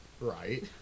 Right